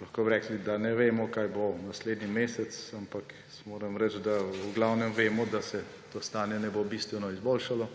Lahko bi rekli, da ne vemo, kaj bo naslednji mesec; ampak jaz moram reči, da v glavnem vemo, da se to stanje ne bo bistveno izboljšalo